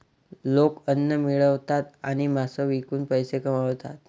लोक अन्न मिळवतात आणि मांस विकून पैसे कमवतात